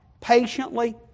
patiently